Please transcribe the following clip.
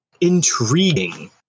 intriguing